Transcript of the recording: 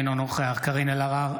אינו נוכח קארין אלהרר,